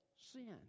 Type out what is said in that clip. sin